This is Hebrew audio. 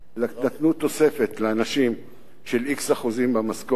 נתנו לאנשים תוספת של x אחוזים במשכורת,